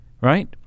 right